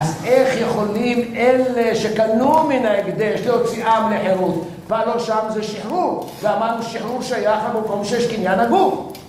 אז איך יכולים אלה שקנו מן ההקדש להוציאם לחירות? כבר לא שם זה שחרור ואמרנו שחרור שייך למקום שיש קניין הגוף